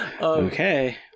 Okay